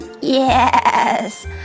Yes